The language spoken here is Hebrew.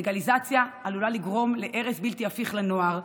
לגליזציה עלולה לגרום להרס בלתי הפיך לנוער,